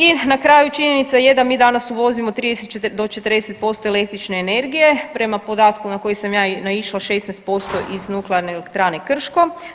I na kraju činjenica je da mi danas uvozimo 30 do 40% električne energije prema podatku na koji sam ja naišla 16% iz Nuklearne elektrane Krško.